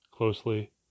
Closely